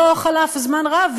לא חלף זמן רב,